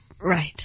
Right